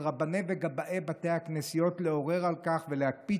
על רבני וגבאי בתי הכנסיות לעורר על כך ולהקפיד